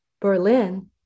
Berlin